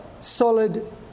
solid